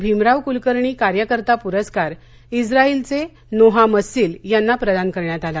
भीमराव क्लकर्णी कार्यकर्ता प्रस्कार इस्राईलचे नोहा मस्सील यांना प्रदान करण्यात आला